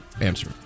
answer